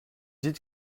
dites